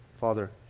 Father